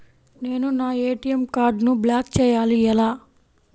నేను నా ఏ.టీ.ఎం కార్డ్ను బ్లాక్ చేయాలి ఎలా?